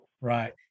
Right